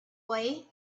way